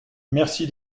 merci